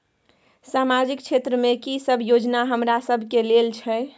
सामाजिक क्षेत्र में की सब योजना हमरा सब के लेल छै?